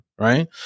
right